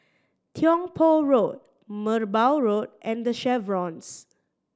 Tiong Poh Road Merbau Road and The Chevrons